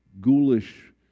ghoulish